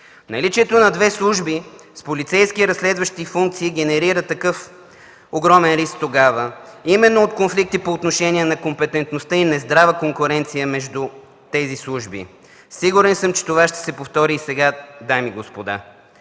Наличието на две служби с полицейски и разследващи функции генерира такъв огромен риск тогава именно от конфликти по отношение на компетентността и нездрава конкуренция между тези служби. Сигурен съм, че това ще се повтори и сега, дами и господа.